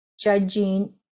judging